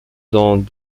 dans